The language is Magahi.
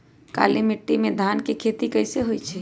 काली माटी में धान के खेती कईसे होइ छइ?